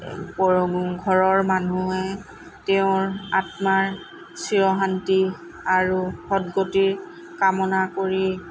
ঘৰৰ মানুহে তেওঁৰ আত্মাৰ চিৰশান্তিৰ আৰু সদ্গতিৰ কামনা কৰি